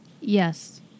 Yes